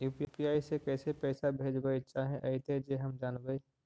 UPI से कैसे पैसा भेजबय चाहें अइतय जे हम जानबय?